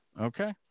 Okay